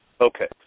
Okay